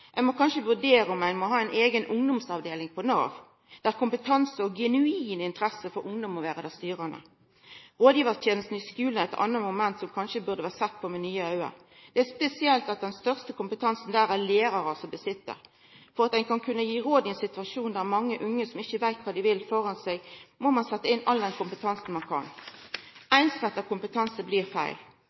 må kanskje vurdera om ein må ha ei eiga ungdomsavdeling på Nav, der kompetanse og genuin interesse for ungdom må vera det styrande. Rådgivartenesten i skulen er eit anna moment som kanskje burde ha vore sett på med nye auge. Det er spesielt at det er lærarar som sit inne med den største kompetansen. For at ein skal kunna gi råd i ein situasjon der mange unge ikkje veit kva dei vil, må ein setja inn all den kompetansen ein kan. Einsretta kompetanse blir feil.